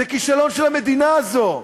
זה כישלון של המדינה הזו.